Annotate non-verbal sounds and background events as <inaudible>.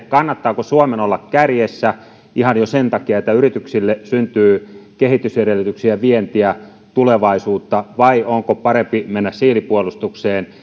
<unintelligible> kannattaako suomen olla kärjessä ihan jo sen takia että yrityksille syntyy kehitysedellytyksiä vientiä tulevaisuutta vai onko parempi mennä siilipuolustukseen <unintelligible>